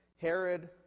Herod